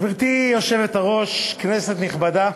גברתי היושבת-ראש, כנסת נכבדה,